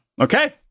Okay